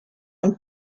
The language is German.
und